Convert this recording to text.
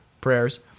prayers